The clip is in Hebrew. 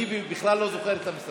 אני בכלל לא זוכר את המשרדים.